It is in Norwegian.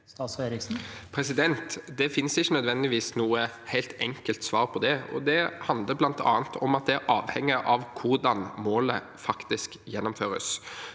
Det finnes ikke nødvendigvis noe helt enkelt svar på det, og det handler bl.a. om at det avhenger av hvordan målet faktisk gjennomføres.